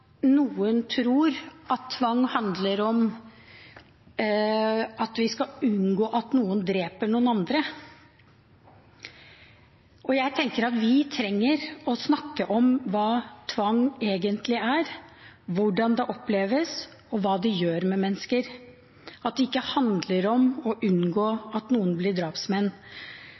noen tror at tvang handler om at vi skal unngå at noen dreper noen andre. Jeg tenker at vi trenger å snakke om hva tvang egentlig er, hvordan det oppleves, og hva det gjør med mennesker – at det ikke handler om å unngå at noen blir drapsmenn.